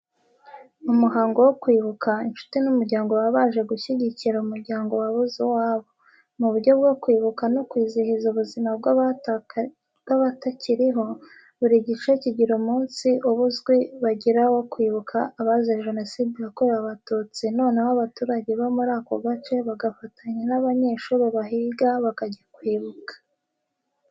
Mu muhango wo kwibuka, incuti n'umuryango baba baje gushyigikira umuryango wabuze uwabo. Mu buryo bwo kwibuka no kwizihiza ubuzima bwabatakiriho, buri gice kigira umunsi uba uzwi bagira wo kwibuka abazize Jenoside yakorewe Abatutsi noneho abaturage bo muri ako gace bagafatanya n'abanyeshuri bahiga bakajya kwibuka.